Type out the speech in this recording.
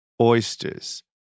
oysters